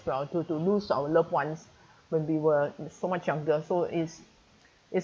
well to to lose our loved ones when we were so much younger so it's it's